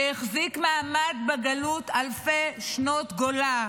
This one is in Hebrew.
שהחזיק מעמד אלפי שנות גולה,